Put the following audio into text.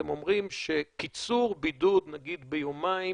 אתם אומרים שקיצור בידוד נגיד ביומיים